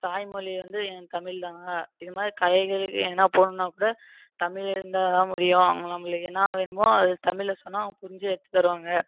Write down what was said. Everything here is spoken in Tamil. தாய்மொழி வந்து என் தமிழ்தாங்க இது மாதிரி கடைகளில் எங்கேனா போகணுன்னா கூட தமிழ் இருந்தால்தான் முடியும் அங்கே நம்மளுக்கு என்ன வேணுமோ அது தமிழில் சொன்னால் அவங்க புரிஞ்சு எடுத்து தருவாங்க